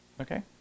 Okay